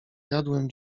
jadłem